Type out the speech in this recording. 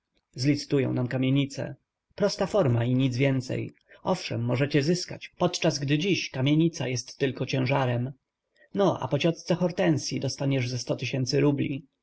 miesięcy zlicytują nam kamienicę prosta forma i nic więcej owszem możecie zyskać podczas gdy dzisiaj kamienica jest tylko ciężarem no a po ciotce hortensyi dostaniesz ze sto tysięcy rubli